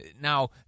Now